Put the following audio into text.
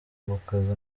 gukaza